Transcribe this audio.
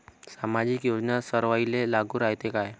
सामाजिक योजना सर्वाईले लागू रायते काय?